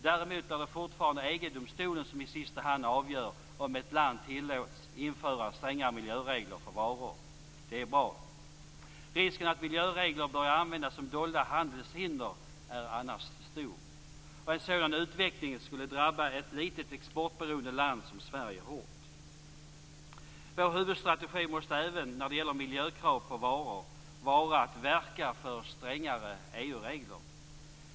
Däremot blir det fortfarande EG-domstolen som i sista hand avgör om ett land tillåts införa strängare miljöregler för varor. Det är bra. Risken att miljöregler börjar användas som dolda handelshinder är annars stor, och en sådan utveckling skulle drabba ett litet, exportberoende land som Sverige hårt. Vår huvudstrategi måste även när det gäller miljökrav på varor vara att verka för strängare EU-regler.